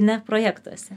ne projektuose